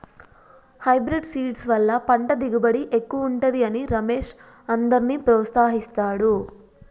hybrid seeds వల్ల పంట దిగుబడి ఎక్కువుంటది అని రమేష్ అందర్నీ ప్రోత్సహిస్తాడు